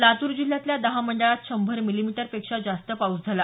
लातूर जिल्ह्यातल्या दहा मंडळात शंभर मिलीमीटरपेक्षा जास्त पाऊस झाला